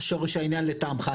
לא, זה שורש העניין לטעמך.